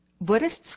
Buddhists